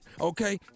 Okay